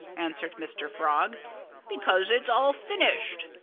answered mr. frog because it's all finished.